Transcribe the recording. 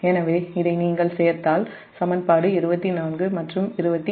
எனவே இதை நீங்கள் சேர்த்தால் சமன்பாடு 24 மற்றும் 25